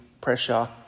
pressure